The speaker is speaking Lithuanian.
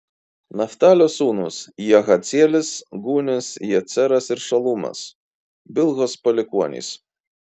naftalio sūnūs jahacielis gūnis jeceras ir šalumas bilhos palikuonys